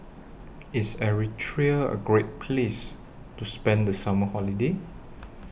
IS Eritrea A Great Place to spend The Summer Holiday